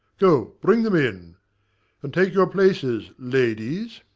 go, bring them in and take your places, ladies.